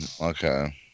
okay